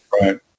Right